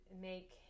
make